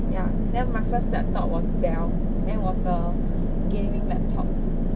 ya then my first laptop was Dell then was a gaming laptop